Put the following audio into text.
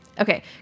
okay